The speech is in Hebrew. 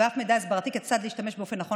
ואף מידע הסברתי כיצד להשתמש באופן נכון